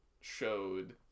showed